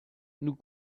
nous